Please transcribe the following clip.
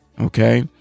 okay